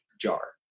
jar